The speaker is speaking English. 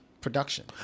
production